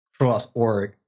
cross-org